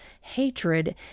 hatred